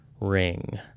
ring